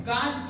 God